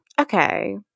okay